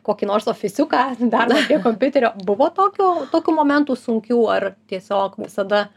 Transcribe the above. kokį nors ofisiuką darbą prie kompiuterio buvo tokio tokių momentų sunkių ar tiesiog visada